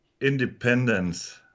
independence